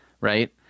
right